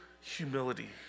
humility